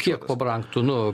kiek pabrangtų nu